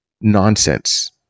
nonsense